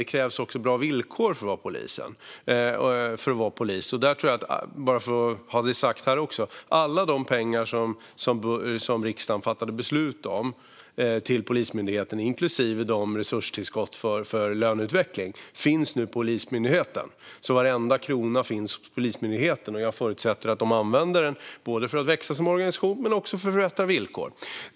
Det krävs också bra villkor för våra poliser, och alla de pengar till Polismyndigheten som riksdagen fattade beslut om, inklusive resurstillskotten för löneutveckling, finns nu hos Polismyndigheten. Varenda krona finns där, och jag förutsätter att de använder dem både för att växa som organisation och för att förbättra villkor.